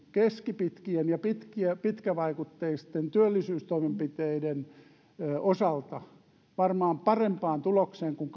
keskipitkien ja pitkävaikutteisten työllisyystoimenpiteiden osalta päästäisiin varmaan parempaan tulokseen kun